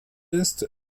ist